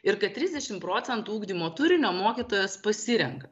ir kad trisdešim procentų ugdymo turinio mokytojas pasirenka